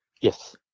Yes